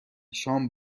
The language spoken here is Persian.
شام